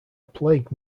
plagued